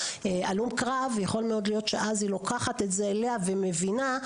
הלוואי של הלם הקרב היא לוקחת את זה אליה ומבינה את המצב.